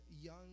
young